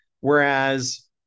Whereas